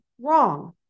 Wrong